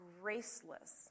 graceless